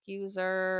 user